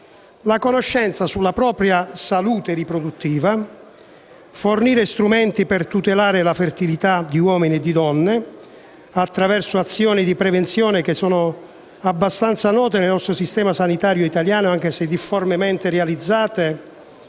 la conoscenza della propria salute riproduttiva, fornire strumenti per tutelare la fertilità di uomini e donne attraverso azioni di prevenzione (abbastanza note nel nostro sistema sanitario italiano, anche se difformemente realizzate,